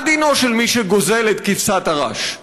מה דינו של מי שגוזל את כבשת הרש?